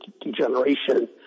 degeneration